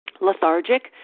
lethargic